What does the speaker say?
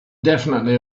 definitely